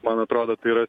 man atrodo tai yra